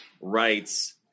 rights